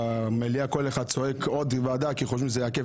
במליאה כל אחד צועק עוד ועדה כי חושבים שזה יעכב